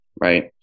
Right